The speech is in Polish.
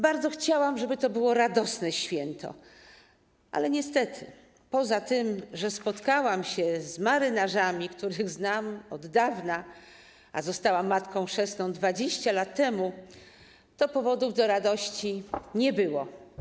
Bardzo chciałam, żeby to było radosne święto, ale niestety poza tym, że spotkałam się z marynarzami, których znam od dawna, a została matką chrzestną 20 lat temu, powodów do radości nie było.